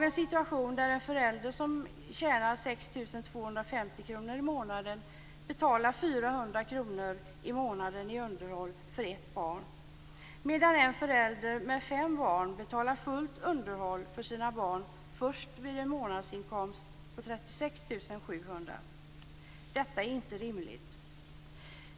En förälder som tjänar 6 250 kr i månaden betalar i dag 400 kr i månaden i underhåll för ett barn, medan en förälder med fem barn betalar fullt underhåll för sina barn först vid en månadsinkomst på 36 700 kr. Detta är inte rimligt!